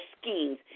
schemes